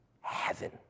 heaven